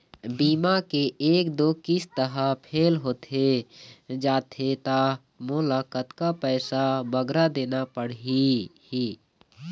बीमा के एक दो किस्त हा फेल होथे जा थे ता मोला कतक पैसा बगरा देना पड़ही ही?